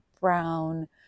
brown